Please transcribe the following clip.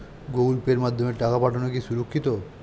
Google পের মাধ্যমে টাকা পাঠানোকে সুরক্ষিত?